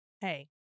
hey